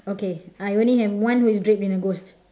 okay I only have one who is draped in a ghost